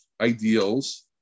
ideals